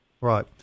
Right